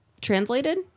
translated